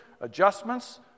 adjustments